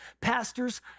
pastors